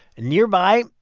nearby,